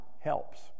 helps